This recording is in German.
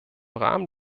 rahmen